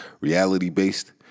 reality-based